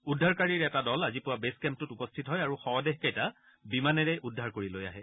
উদ্ধাৰকাৰীৰ এটা দল আজি পুৱা বে'ছ কেম্পটোত উপস্থিত হয় আৰু শৱদেহ কেইটা বিমানেৰে উদ্ধাৰ কৰি লৈ আহে